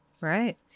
Right